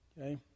Okay